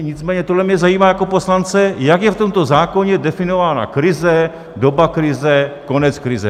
Nicméně tohle mě zajímá jako poslance, jak je v tomto zákoně definována krize, doba krize, konec krize.